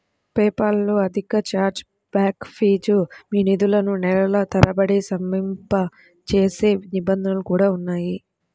PayPal లో అధిక charge back fees, మీ నిధులను నెలల తరబడి స్తంభింపజేసే నిబంధనలు కూడా ఉన్నాయి